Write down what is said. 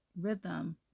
rhythm